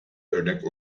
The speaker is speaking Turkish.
örnek